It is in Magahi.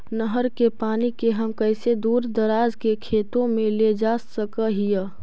नहर के पानी के हम कैसे दुर दराज के खेतों में ले जा सक हिय?